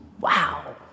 Wow